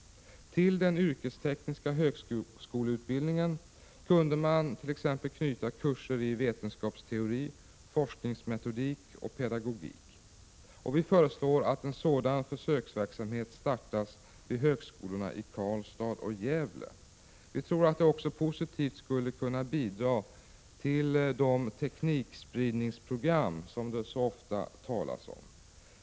Till den yrkestekniska högskoleutbildningen kunde mant.ex. knyta kurser i vetenskapsteori, forskningsmetodik och pedagogik. Vi föreslår att en sådan försöksverksamhet startas vid högskolorna i Karlstad och Gävle. Det skulle också positivt kunna bidra till de teknikspridningsprogram som det så ofta talas om.